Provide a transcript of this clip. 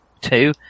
Two